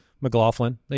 McLaughlin